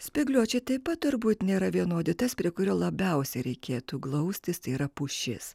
spygliuočiai taip pat turbūt nėra vienodi tad prie kurio labiausiai reikėtų glaustis tai yra pušis